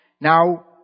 Now